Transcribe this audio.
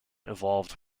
evolved